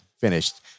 finished